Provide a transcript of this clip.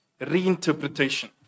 Reinterpretation